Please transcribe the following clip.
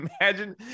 imagine